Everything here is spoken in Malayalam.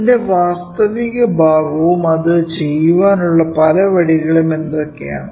ഇതിന്റെ വാസ്തവികം ഭാഗവും അത് ചെയ്യാനുള്ള പല വഴികളും എന്തൊക്കെയാണ്